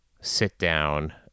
sit-down